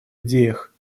идеях